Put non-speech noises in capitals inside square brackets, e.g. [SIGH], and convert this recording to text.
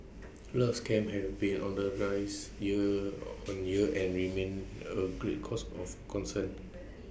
[NOISE] love scams have been on the rise year on year and remain A great cause of concern